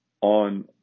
On